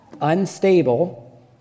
Unstable